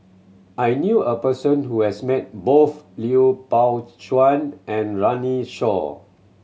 I knew a person who has met both Lui Pao Chuen and Runme Shaw